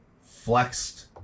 flexed